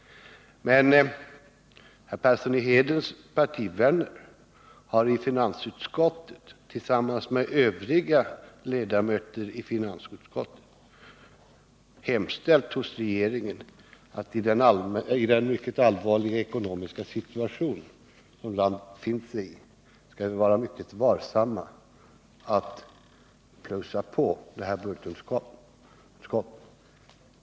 Men Arne Perssons partivänner i finansutskottet har tillsammans med övriga ledamöter i finansutskottet i den mycket allvarliga ekonomiska situation som landet befinner sig i hemställt hos regeringen att den skall vara mycket varsam med att plussa på det nuvarande budgetunderskottet.